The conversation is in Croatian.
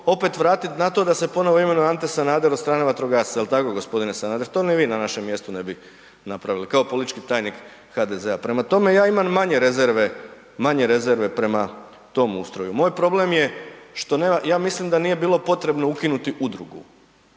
opet vratiti na to da se ponovo imenuje Ante Sanader od strane vatrogasaca. Jel tako gospodine Sanader? To ni vi na našem mjestu ne bi napravili, kao politički tajnik HDZ-a. Prema tome, ja imam manje rezerve prema tom ustroju. Moj problem je, ja mislim da nije bilo potrebno ukinuti udrugu